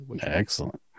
Excellent